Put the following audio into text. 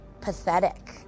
pathetic